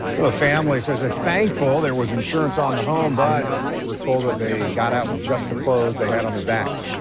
the family says they're thankful there was insurance on the home but we're told they got out with just the clothes they have on their back.